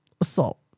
assault